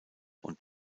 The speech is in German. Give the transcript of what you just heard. und